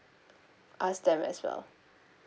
ask them as well